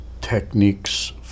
techniques